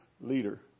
leader